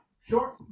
Sure